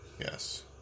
Yes